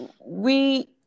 we-